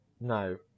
No